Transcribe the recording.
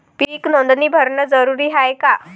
पीक नोंदनी भरनं जरूरी हाये का?